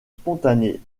spontanée